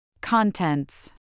Contents